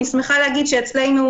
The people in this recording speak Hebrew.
אני שמחה להגיד שאצלנו,